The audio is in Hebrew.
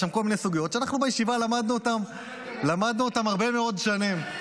יש שם כל מיני סוגיות שאנחנו בישיבה למדנו אותן הרבה מאוד שנים,